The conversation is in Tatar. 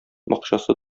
акчасы